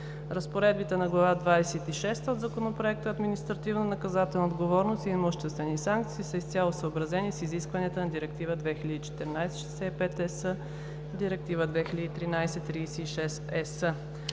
Разпоредбите на глава двадесет и шеста от Законопроекта „Административнонаказателна отговорност и имуществени санкции“ са изцяло съобразени с изискванията на Директива 2014/65/ЕС и Директива 2013/36/ЕС.